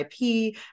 IP